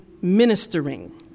ministering